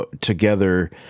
together